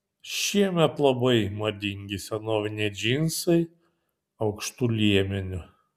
šiemet labai madingi senoviniai džinsai aukštu liemeniu